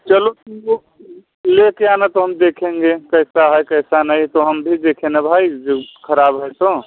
चलो ठीक है ले कर आना तो हम देखेंगे कि कैसा है कैसा नहीं तो हम भी देखे न भाई जो ख़राब है तो